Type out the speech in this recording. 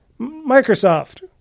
Microsoft